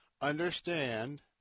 understand